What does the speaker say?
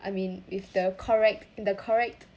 I mean with the correct in the correct